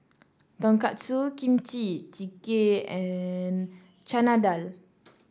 Tonkatsu Kimchi Jjigae and Chana Dal